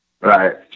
Right